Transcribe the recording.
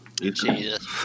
Jesus